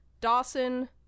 Dawson